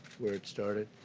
where it started.